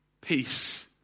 peace